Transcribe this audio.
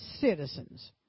citizens